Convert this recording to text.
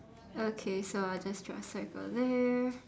okay so I'll just draw a circle there